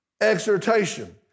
exhortation